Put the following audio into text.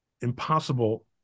impossible